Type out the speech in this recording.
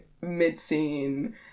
mid-scene